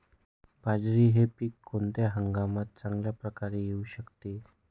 बाजरी हे पीक कोणत्या हंगामात चांगल्या प्रकारे येऊ शकते?